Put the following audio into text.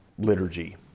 Liturgy